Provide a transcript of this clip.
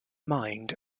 mind